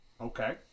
Okay